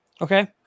Okay